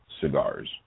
cigars